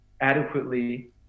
adequately